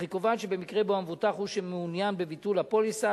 אך היא קובעת שבמקרה שבו המבוטח הוא שמעוניין בביטול הפוליסה,